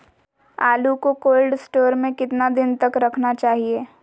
आलू को cold store में कितना दिन तक रखना चाहिए?